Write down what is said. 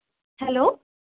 hello